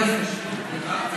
יפה.